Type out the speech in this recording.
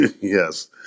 yes